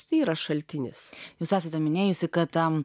tyras šaltinis jūs esate minėjusi kad tam